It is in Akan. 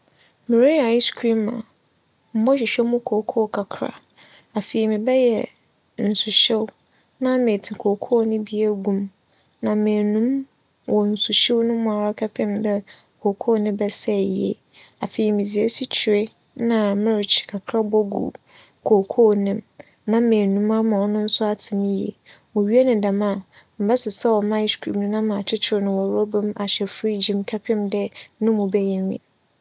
Mereyɛ iͻe ͻream a, mobͻhwehwɛ mo kookoo kakra. Afei, mebɛyɛ nsuhyew na metsi kookoo no bi egu mu na menu mu wͻ nsuhyew no mu aa kɛpem dɛ kookoo no bɛsɛe yie. Afei, medze esikyire na merekye kakra bogu kookoo no mu na menu mu aa ma ͻno so atse mu yie. muwie no dɛm a mɛsesaw m'iͻe ͻream no na makyekyer no wͻ rͻba mu ahyɛ freegye mu kɛpem dɛ no mu bɛyɛ nwin.